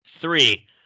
Three